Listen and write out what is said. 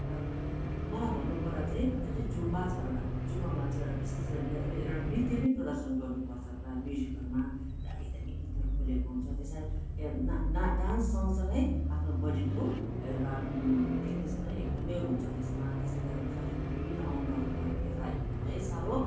र मलाई भन्नु पर्दा चाहिँ जुन चाहिँ जुम्बा छ एउटा जुम्बामा चाहिँ एउटा विशेष गरी एउटा नृत्य नै प्रदर्शन गर्नु पर्छ प्राय म्युजिकहरूमा दामी दामी गितहरू खोलेको हुन्छ त्यसलाई डान्स सँगसँगै आफ्नो बडीको एउटा फिट्नेस पनि एकदमै हुन्छ त्यसमा त्यसले गर्दा शरीरको विभिन्न अङ्गहरू भयो त्यसलाई एकदमै साह्रो